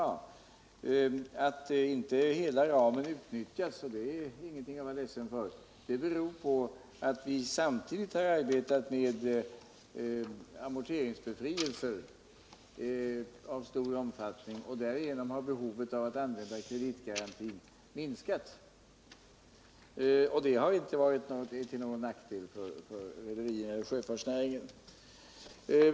Det 31 förhållandet att inte hela ramen utnyttjats — det är ingenting att vara ledsen för — beror på att vi samtidigt har arbetat med amorteringsbefrielser av stor omfattning. Därigenom har behovet av att använda kreditgarantin minskat. och det har inte varit till nackdel för rederierna celler sjöfartsnäringen.